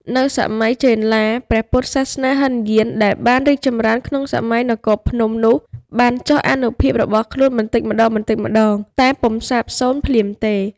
នៅសម័យចេនឡា ព្រះពុទ្ធសាសនាហិនយានដែលបានរីកចម្រើនក្នុងសម័យនគរភ្នំ នោះបានចុះអានុភាពរបស់ខ្លួនបន្តិចម្តងៗតែពុំសាបសូន្យភ្លាមទេ។